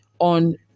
on